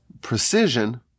precision